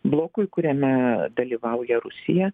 blokui kuriame dalyvauja rusija